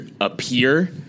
appear